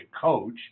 coach